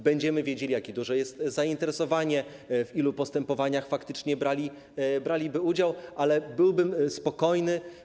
Będziemy wiedzieli, jak duże jest zainteresowanie, w ilu postępowaniach faktycznie braliby udział, ale byłbym spokojny.